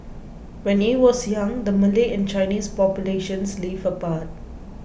when he was young the Malay and Chinese populations lived apart